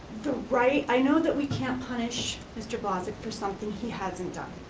the right, i know that we can't punish mr. blazek for something he hasn't done.